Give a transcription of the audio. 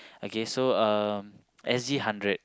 okay so um S_G hundred